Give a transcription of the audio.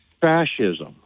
fascism